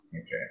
okay